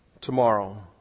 tomorrow